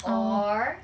or